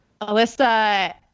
Alyssa